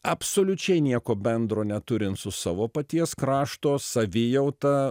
absoliučiai nieko bendro neturint su savo paties krašto savijauta